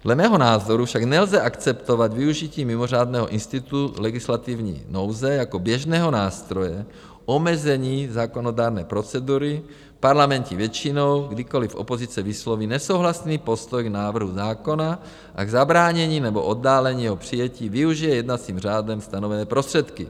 Dle mého názoru však nelze akceptovat využití mimořádného institutu legislativní nouze jako běžného nástroje k omezení zákonodárné procedury parlamentní většinou, kdykoliv opozice vysloví nesouhlasný postoj k návrhu zákona a k zabránění nebo oddálení jeho přijetí využije jednacím řádem stanovené prostředky.